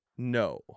No